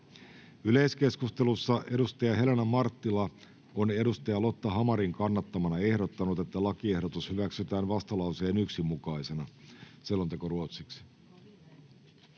Yleiskeskustelussa Helena Marttila on Lotta Hamarin kannattamana ehdottanut, että lakiehdotus hyväksytään vastalauseen 1 mukaisena. [Speech 6]